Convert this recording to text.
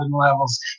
levels